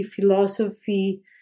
philosophy